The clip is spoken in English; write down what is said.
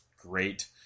great